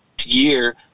year